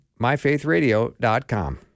myfaithradio.com